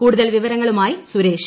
കൂടുതൽ വിവരങ്ങളുമായി സുരേഷ്